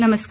नमस्कार